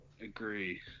agree